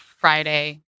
Friday